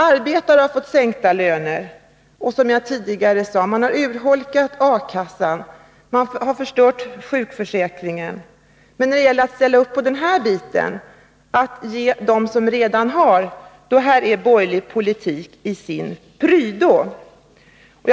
Arbetarna har fått sänkta löner, A-kassan har — som jag sade tidigare — urholkats, och man har förstört sjukförsäkringen. Men här ger man dem som redan har, och det är borgerlig politik i sin prydno.